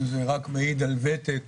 זה רק מעיד על ותק